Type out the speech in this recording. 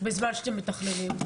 בזמן שאתם מתכללים?